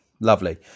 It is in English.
lovely